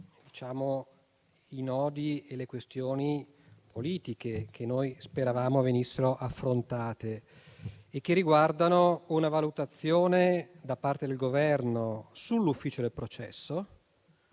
i nodi e le questioni politiche che speravamo venissero affrontati, riguardanti una valutazione da parte del Governo sull'ufficio del processo,